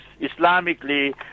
Islamically